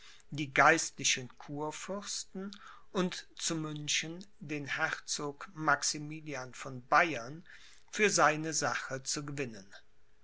die geistlichen kurfürsten und zu münchen den herzog maximilian von bayern für seine sache zu gewinnen